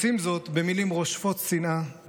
הם עושים זאת במילים רושפות שנאה,